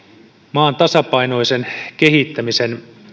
maan tasapainoisen kehittämisen